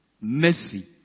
Mercy